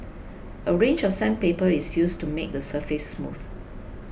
a range of sandpaper is used to make the surface smooth